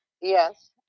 Yes